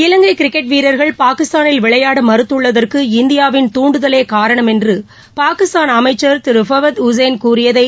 இலங்கை cricket வீரர்கள் பாகிஸ்தானில் விளையாட மறுத்துள்ளதற்கு இந்தியாவின் தூண்டுதலே காரணம் என்று பாகிஸ்தான் அமைச்சர் திரு ஃபவத் உஸேன் கூறியதை